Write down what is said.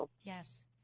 Yes